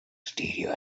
stereo